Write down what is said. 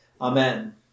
Amen